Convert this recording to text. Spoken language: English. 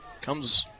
Comes